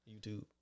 YouTube